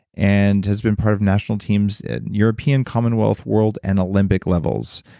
and has been part of national teams european commonwealth, world, and olympic levels.